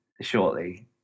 shortly